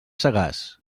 sagàs